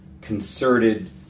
concerted